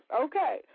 Okay